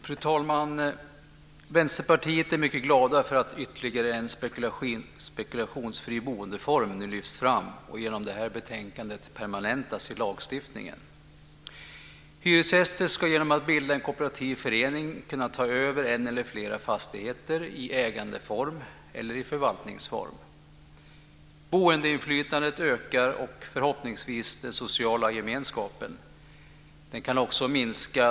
Fru talman! Vi i Vänsterpartiet är mycket glada över att ytterligare en spekulationsfri boendeform lyfts fram genom att förslaget i betänkandet permanentas i lagstiftningen. Hyresgäster ska genom att bilda en kooperativ förening kunna ta över en eller flera fastigheter i ägandeform eller i förvaltningsform. Boendeinflytandet ökar och förhoppningsvis den sociala gemenskapen.